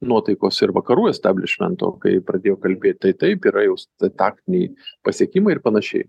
nuotaikos ir vakarų establišmento kai pradėjo kalbėt tai taip yra jos taktiniai pasiekimai ir panašiai